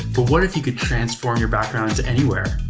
what if you could transform your background to anywhere?